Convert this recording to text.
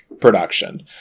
production